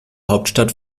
hauptstadt